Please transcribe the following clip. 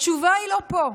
התשובה היא לא פה.